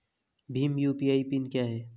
Bhim UPI PIN क्या है?